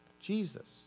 Jesus